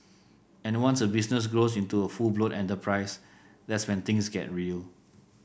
and once a business grows into a full blown enterprise that's when things get real